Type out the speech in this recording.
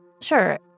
Sure